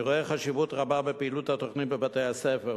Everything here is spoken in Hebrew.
אני רואה חשיבות רבה בפעילות התוכנית בבתי-הספר,